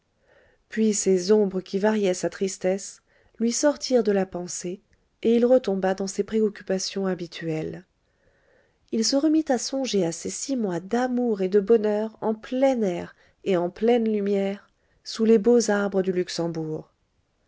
puis ces ombres qui variaient sa tristesse lui sortirent de la pensée et il retomba dans ses préoccupations habituelles il se remit à songer à ses six mois d'amour et de bonheur en plein air et en pleine lumière sous les beaux arbres du luxembourg